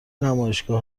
نمایشگاه